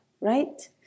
right